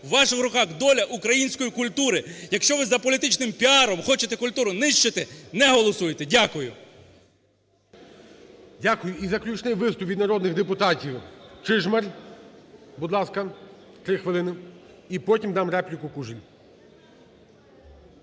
в ваших руках доля української культури. Якщо ви за політичним піаром хочете культуру нищити, не голосуйте. Дякую. ГОЛОВУЮЧИЙ. Дякую. І заключний виступ від народних депутатів. Чижмарь, будь ласка, 3 хвилини і потім дам репліку Кужель.